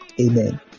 Amen